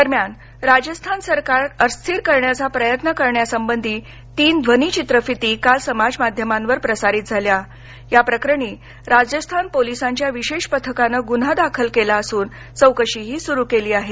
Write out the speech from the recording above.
दरम्यान राजस्थान सरकार अस्थिर करण्याचा प्रयत्न करण्यासंबधी तीन ध्वनिचित्रफिती काल समाज माध्यमांवर प्रसारित झाल्या या प्रकरणी राजस्थान पोलिसांच्या विशेष पथकानं गुन्हा दाखल केला असून चौकशी ही सुरू केली आहे